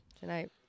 tonight